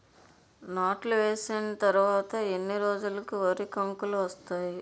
నాట్లు వేసిన తర్వాత ఎన్ని రోజులకు వరి కంకులు వస్తాయి?